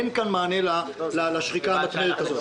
אין כאן מענה לשחיקה המתמדת הזאת.